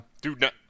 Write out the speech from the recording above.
dude